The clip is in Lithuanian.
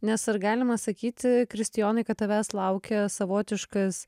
nes ar galima sakyti kristijonai kad tavęs laukia savotiškas